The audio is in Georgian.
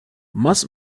მას